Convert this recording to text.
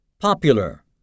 Popular